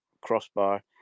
crossbar